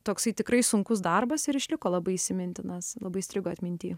toksai tikrai sunkus darbas ir išliko labai įsimintinas labai įstrigo atminty